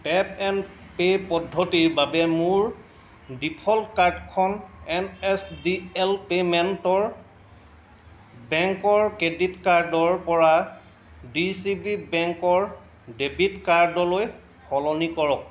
tap and pay পদ্ধতিৰ বাবে মোৰ ডিফ'ল্ট কাৰ্ডখন এন এছ ডি এল পে'মেণ্টৰ বেংকৰ ক্ৰেডিট কাৰ্ডৰ পৰা ডি চি বি বেংকৰ ডেবিট কাৰ্ডলৈ সলনি কৰক